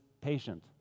patient